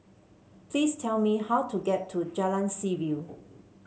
please tell me how to get to Jalan Seaview